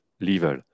level